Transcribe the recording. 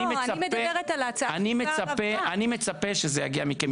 אני מצפה שזה יגיע מכם.